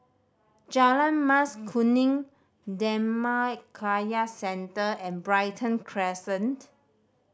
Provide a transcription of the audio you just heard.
Jalan Mas Kuning Dhammakaya Centre and Brighton Crescent